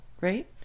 right